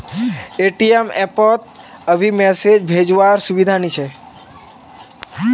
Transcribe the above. ATM app पोत अभी message भेजो वार सुविधा नी छे